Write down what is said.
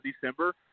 December